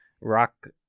rock